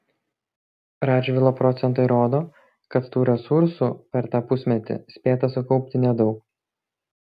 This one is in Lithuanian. radžvilo procentai rodo kad tų resursų per tą pusmetį spėta sukaupti nedaug